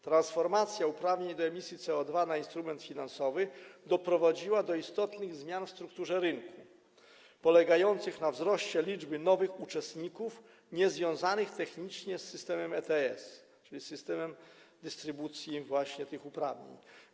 Transformacja uprawnień do emisji CO2 na instrument finansowy doprowadziła do istotnych zmian w strukturze rynku polegających na wzroście liczby nowych uczestników, niezwiązanych technicznie z systemem ETS, czyli systemem dystrybucji tych uprawnień.